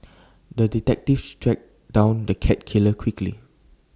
the detective tracked down the cat killer quickly